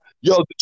Yo